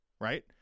right